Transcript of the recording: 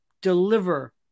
deliver